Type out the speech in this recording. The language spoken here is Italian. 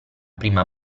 prima